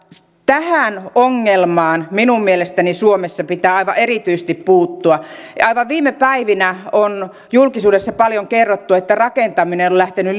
tähän ongelmaan minun mielestäni suomessa pitää aivan erityisesti puuttua aivan viime päivinä on julkisuudessa paljon kerrottu että rakentaminen on lähtenyt